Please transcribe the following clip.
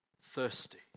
thirsty